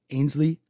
Ainsley